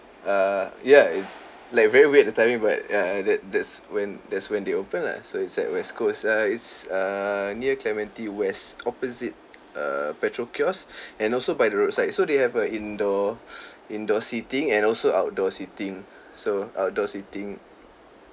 err ya it's like very weird the timing but ya that that's when that's when they open lah so it's at west coast uh it's err near clementi west opposite a petrol kiosk and also by the roadside so they have a indoor indoor seating and also outdoor seating so outdoor seating